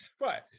Right